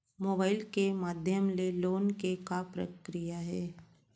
Mobile के माधयम ले लोन के का प्रक्रिया हे?